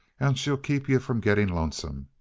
and shell keep yuh from getting lonesome.